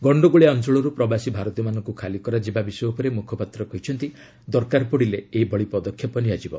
ଗଣ୍ଡଗୋଳିଆ ଅଞ୍ଚଳରୁ ପ୍ରବାସୀ ଭାରତୀୟମାନଙ୍କୁ ଖାଲି କରାଯିବା ବିଷୟ ଉପରେ ମୁଖପାତ୍ର କହିଛନ୍ତି ଦରକାର ପଡ଼ିଲେ ଏହି ପଦକ୍ଷେପ ନିଆଯିବ